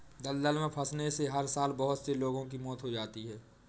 दलदल में फंसने से हर साल बहुत से लोगों की मौत हो जाती है